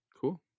Cool